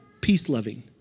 peace-loving